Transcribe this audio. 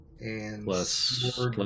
Plus